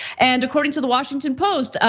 and according to the washington post,